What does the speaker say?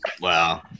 Wow